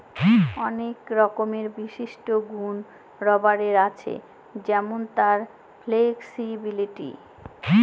অনেক রকমের বিশিষ্ট গুন রাবারের আছে যেমন তার ফ্লেক্সিবিলিটি